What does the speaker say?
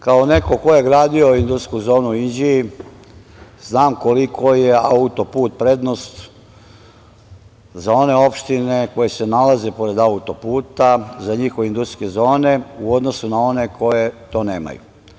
Kao neko ko je gradio industrijsku zonu u Inđiji, znam koliko je autoput prednost za one opštine koje se nalaze pored autoputa, za njihove industrijske zone u odnosu na one koje to nemaju.